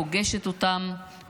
פוגשת אותם,